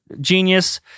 genius